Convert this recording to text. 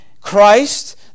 Christ